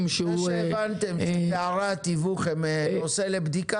שהם --- זה שהבנתם שפערי התיווך הם נושא שיש לבדוק,